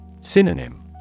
Synonym